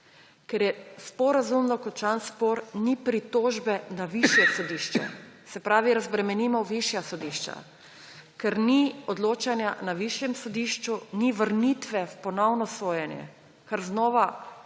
Ker je sporazumno končan spor, ni pritožbe na višje sodišče; se pravi, razbremenimo višja sodišča. Ker ni odločanja na višjem sodišču, ni vrnitve v ponovno sojenje, kar znova